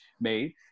made